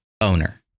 owner